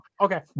okay